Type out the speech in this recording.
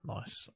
Nice